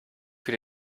für